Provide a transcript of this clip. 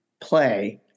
play